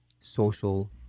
social